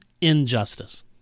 injustice